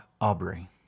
Aubrey